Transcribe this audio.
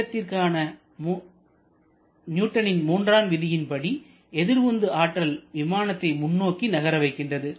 இயக்கத்திற்கான நியூட்டனின் மூன்றாம் விதியின்படி Newtons third law of motion எதிர் உந்து ஆற்றல் விமானத்தை முன்னோக்கி நகர வைக்கின்றது